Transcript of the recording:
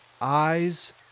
eyes